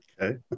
Okay